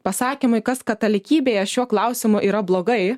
pasakymui kas katalikybėje šiuo klausimu yra blogai